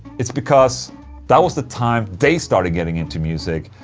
it's because that was the time they started getting into music.